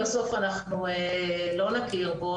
גם אם בסוף אנחנו לא נכיר בו,